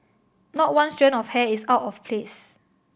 not one strand of hair is out of place